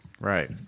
Right